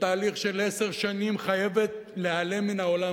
שבתהליך של עשר שנים חייבת להיעלם מן העולם.